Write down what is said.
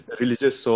religious